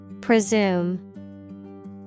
Presume